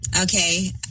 okay